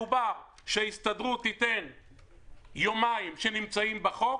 מדובר על כך שההסתדרות תיתן יומיים, שנמצאים בחוק,